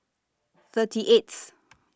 thirty eighth